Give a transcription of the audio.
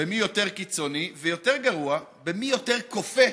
במי יותר קיצוני, ויותר גרוע, במי יותר כופה